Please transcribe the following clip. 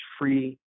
free